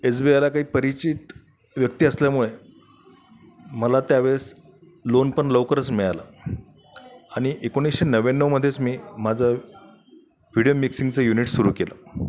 S B आयला काही परिचित व्यक्ती असल्यामुळे मला त्या वेळेस लोन पण लवकरच मिळालं आणि एकोणीसशे नव्याण्णवमध्येच मी माझं व्हिडीओ मिक्सिंगचं युनिट सुरू केलं